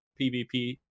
PvP